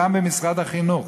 גם במשרד החינוך.